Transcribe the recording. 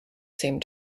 same